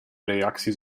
reacties